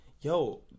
yo